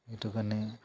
সেইটোকাৰণে